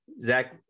Zach